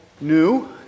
New